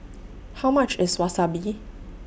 How much IS Wasabi